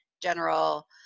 general